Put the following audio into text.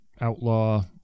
outlaw